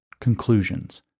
Conclusions